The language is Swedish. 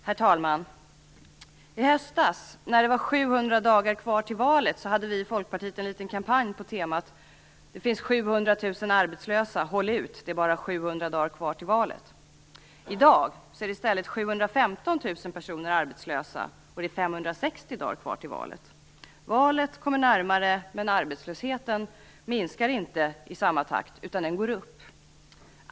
Herr talman! I höstas, när det var 700 dagar kvar till valet, hade vi i Folkpartiet en liten kampanj på temat: Det finns 700 000 arbetslösa. Håll ut! Det är bara 700 dagar kvar till valet. I dag är det i stället 715 000 personer som är arbetslösa, och det är 560 dagar kvar till valet. Valet kommer närmare, men arbetslösheten minskar inte i samma takt, utan den går upp.